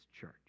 church